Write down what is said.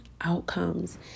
outcomes